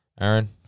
Aaron